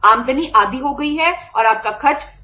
आमदनी आधी हो गई है और आपका खर्च 100 है